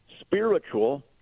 spiritual